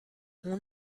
اون